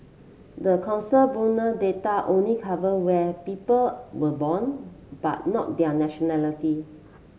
the Census Bureau data only cover where people were born but not their nationality